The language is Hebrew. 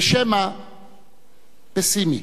ושמא פסימי.